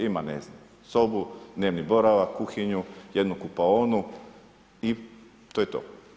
Ima, ne znam, sobu, dnevni boravak, kuhinju, jednu kupaonu i to je to.